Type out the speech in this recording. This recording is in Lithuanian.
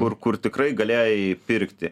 kur kur tikrai galėjai pirkti